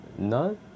No